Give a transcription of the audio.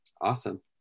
Awesome